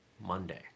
Monday